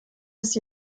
ist